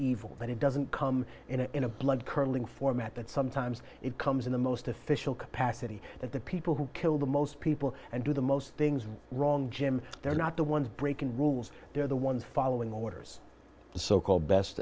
evil but it doesn't come in in a blood curdling format that sometimes it comes in the most official capacity that the people who killed the most people and do the most things wrong jim they're not the ones breaking rules they're the following orders the so called best